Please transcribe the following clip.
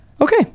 okay